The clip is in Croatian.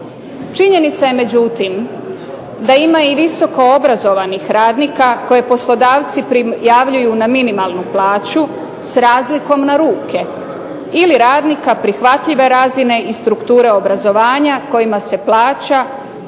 Činjenica je međutim, da ima i visoko obrazovanih radnika koje poslodavci javljaju na minimalnu plaću s razlikom na ruke, ili radnika prihvatljive razine i strukture obrazovanja kojima se plaća